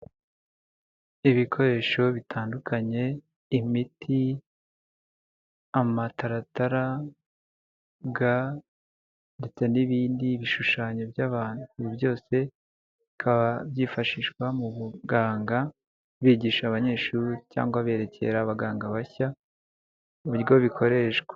Ibikoresho bitandukanye, imiti ,amataratara ,ga, ndetse n'ibindi bishushanyo by'abantu ,ibi byose bikaba byifashishwa mu buganga bigisha abanyeshuri cyangwa berekera abaganga bashya uburyo bikoreshwa.